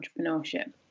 entrepreneurship